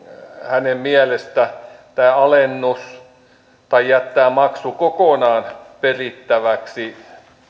hänen mielestään tämä alennus tai jättää maksu kokonaan perittäväksi